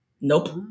Nope